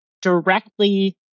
directly